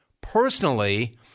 Personally